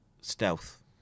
stealth